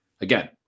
again